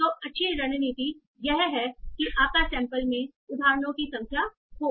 तो अच्छी रणनीति यह है कि आपका सैंपल में उदाहरणों की संख्या हो